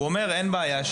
הוא אומר אין בעיה,